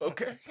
Okay